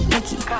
Nikki